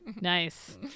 Nice